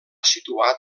situat